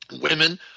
women